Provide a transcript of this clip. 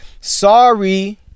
Sorry